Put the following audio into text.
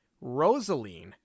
Rosaline